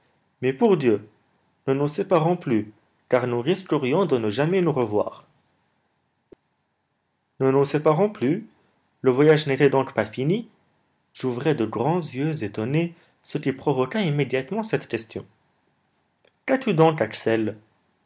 mais pour dieu ne nous séparons plus car nous risquerions de ne jamais nous revoir ne nous séparons plus le voyage n'était donc pas fini j'ouvrais de grands yeux étonnés ce qui provoqua immédiatement cette question qu'as-tu donc axel